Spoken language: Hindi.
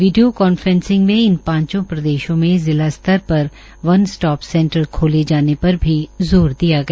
विडियो कॉन्फ्रैंसिंग में इन पांचों प्रदेशों में जिला स्तर पर वन स्टॉप सेंटर खोले जाने पर भी जोर दिया गया